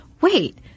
wait